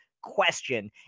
question